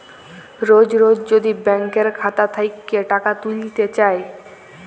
রজ রজ যদি ব্যাংকের খাতা থ্যাইকে টাকা ত্যুইলতে চায়